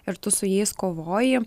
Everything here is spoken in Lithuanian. ir tu su jais kovoji